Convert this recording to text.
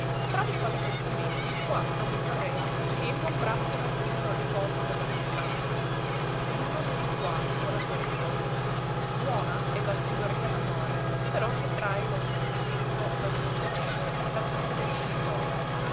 tra li quali pensamenti quattro mi parea che ingombrassero più lo riposo de la vita l'uno de li quali era questo buona è la signoria d'amore però che trae lo intendimento del suo fedele da tutte le vili cose